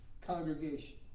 congregation